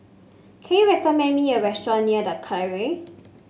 can you recommend me a restaurant near The Colonnade